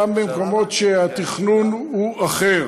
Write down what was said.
גם במקומות שהתכנון הוא אחר.